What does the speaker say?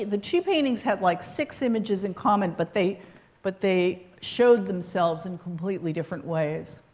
the two paintings have, like, six images in common. but they but they showed themselves in completely different ways.